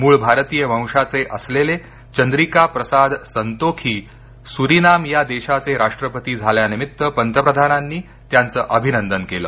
मूळ भारतीय वंशाचे असलेले चंद्रिका प्रसाद संतोखी सुरीनाम या देशाचे राष्ट्रपती झाल्या निमित्त पंतप्रधानांनी त्यांचं अभिनंदन केलं